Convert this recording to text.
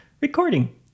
recording